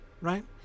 right